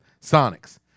Sonics